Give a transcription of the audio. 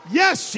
yes